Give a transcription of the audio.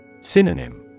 Synonym